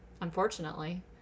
unfortunately